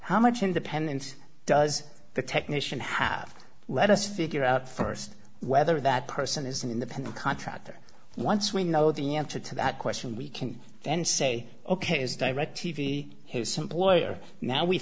how much independence does the technician have let us figure out st whether that person is an independent contractor once we know the answer to that question we can then say ok is directv his employer now we